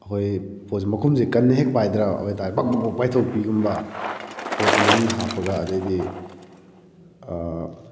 ꯑꯈꯣꯏ ꯄꯣꯠꯁꯦ ꯃꯈꯨꯝꯁꯦ ꯀꯟꯅ ꯍꯦꯛ ꯄꯥꯏꯗ꯭ꯔꯕ ꯑꯗꯨ ꯑꯣꯢꯏꯇꯥꯔꯗꯤ ꯃꯈꯨꯝꯁꯦ ꯚꯛ ꯚꯛ ꯍꯦꯛ ꯄꯥꯏꯊꯣꯛꯄꯤꯒꯨꯝꯕ ꯄꯣꯠꯇꯨ ꯃꯅꯨꯡꯗ ꯍꯥꯞꯄꯒ ꯑꯗꯩꯗꯤ